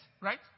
right